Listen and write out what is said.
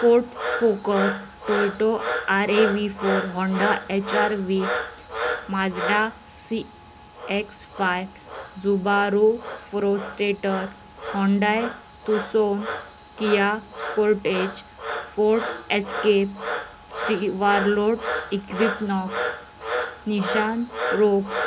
fort Focus Toyota R A V four Honda H R V Mazda C X five Subaru Forester Hyundai Tucson Kia Sportage Ford Escape Chevrolet Equinox Nissan rocks